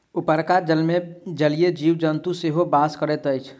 उपरका जलमे जलीय जीव जन्तु सेहो बास करैत अछि